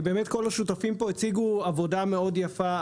כל השותפים הציגו עבודה מאוד יפה,